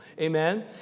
Amen